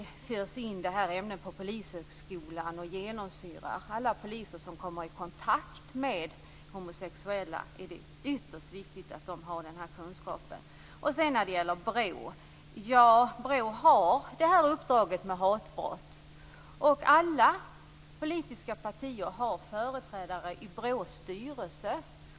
Detta ämne skall införas på Polishögskolan och genomsyra alla som kommer i kontakt med homosexuella. Det är ytterst viktigt att de har denna kunskap. BRÅ har uppdraget att utreda hatbrott. Alla politiska partier har företrädare i BRÅ:s styrelse.